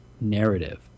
narrative